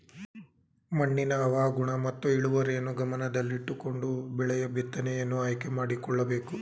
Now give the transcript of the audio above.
ಮಣ್ಣಿನ ಹವಾಗುಣ ಮತ್ತು ಇಳುವರಿಯನ್ನು ಗಮನದಲ್ಲಿಟ್ಟುಕೊಂಡು ಬೆಳೆಯ ಬಿತ್ತನೆಯನ್ನು ಆಯ್ಕೆ ಮಾಡಿಕೊಳ್ಳಬೇಕು